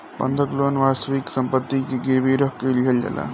बंधक लोन वास्तविक सम्पति के गिरवी रख के लिहल जाला